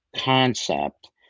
concept